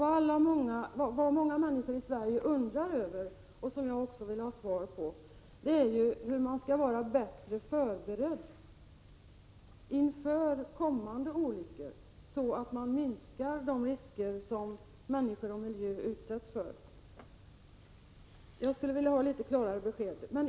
Vad många människor i Sverige oroar sig över och som jag också vill ha svar på är hur man skall vara bättre förberedd inför olyckor, så att man minskar de risker som människor och miljö utsätts för. Det skulle jag vilja ha ett litet klarare besked om.